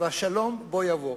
והשלום בוא יבוא.